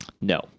No